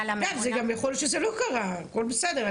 אגב, גם יכול להיות שזה לא קרה, הכול בסדר.